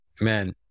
Man